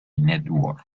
network